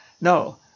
No